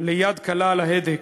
ליד קלה על ההדק,